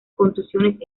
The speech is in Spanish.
contusiones